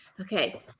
Okay